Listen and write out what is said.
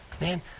man